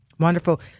Wonderful